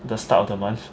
the start of the month